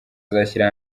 azashyira